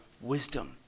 Wisdom